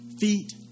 feet